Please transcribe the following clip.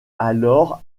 alors